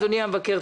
אדוני המבקר,